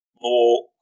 more